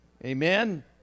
Amen